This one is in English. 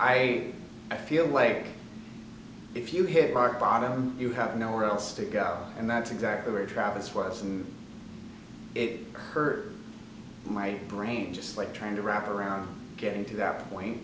i i feel like if you hit rock bottom you have nowhere else to go and that's exactly where travis was and it hurt my brain just like trying to wrap around getting to that point